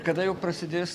kada jau prasidės